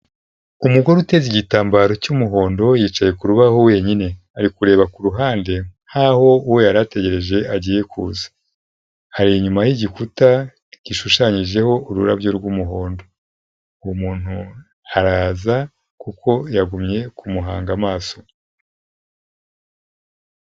Umugore uteze igitambaro cy'umuhondo yicaye ku rubaho wenyine ari kureba kuru ruhande nk'aho uwo yari ategereje agiye kuza, ari inyuma yigikuta gishushanyijeho ururabyo rw'umuhondo, uwo umuntu araza kuko yagumye kumuhanga amaso.